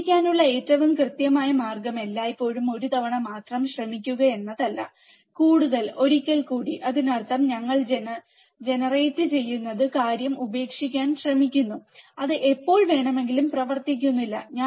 വിജയിക്കാനുള്ള ഏറ്റവും കൃത്യമായ മാർഗം എല്ലായ്പ്പോഴും ഒരു തവണ മാത്രം ശ്രമിക്കുക ഇന്നതല്ല കൂടുതൽ ഒരിക്കല് കുടി അതിനർത്ഥം ഞങ്ങൾ ജനറേറ്റുചെയ്യുന്നത് കാര്യം ഉപേക്ഷിക്കാൻ ശ്രമിക്കുന്നു അത് എപ്പോൾ വേണമെങ്കിലും പ്രവർത്തിക്കുന്നില്ല